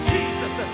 Jesus